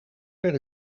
per